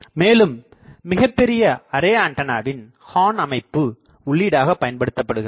மேலும் மிகப்பெரிய அரேஆண்டனாவில் ஹார்ன் அமைப்பு உள்ளீடாகப் பயன்படுத்தப்படுகிறது